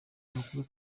amakuru